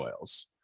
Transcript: oils